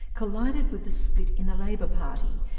collided with the split in the labor party,